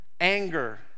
anger